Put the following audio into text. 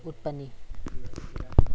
ꯎꯠꯄꯅꯤ